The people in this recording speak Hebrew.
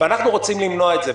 ואנחנו רוצים למנוע את זה.